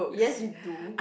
yes you do